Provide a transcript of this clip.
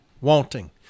wanting